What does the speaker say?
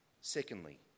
Secondly